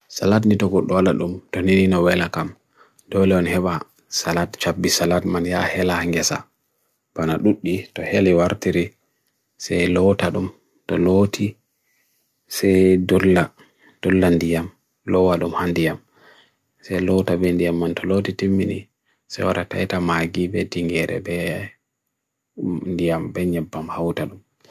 Squirrel ɓe waawna fiinooko nefaama, ɓe ɗaande be ka faande hokka fiinooko. ɓe haɓere hokka miijeeji kamɓe fiinooko nguje ka deftere ɓe.